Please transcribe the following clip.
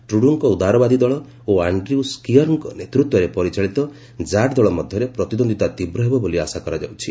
ଟ୍ରଡୁଙ୍କ ଉଦାରବାଦୀ ଦଳ ଓ ଆଣ୍ଡ୍ର୍ୟ ସ୍କିୟରଙ୍କ ନେତୃତ୍ୱରେ ପରିଚାଳିତ ଜାଠଦଳ ମଧ୍ୟରେ ପ୍ରତିଦ୍ୱନ୍ଦ୍ୱିତା ତୀବ୍ର ହେବ ବୋଲି ଆଶା କରାଯାଉଛି